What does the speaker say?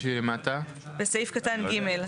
בסעיף קטן (ג),